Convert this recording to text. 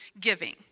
giving